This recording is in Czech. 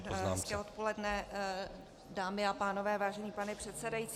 Hezké odpoledne, dámy a pánové, vážený pane předsedající.